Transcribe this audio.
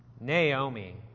Naomi